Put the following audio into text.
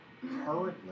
currently